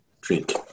drink